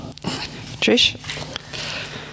Trish